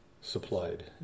supplied